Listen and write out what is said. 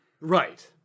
Right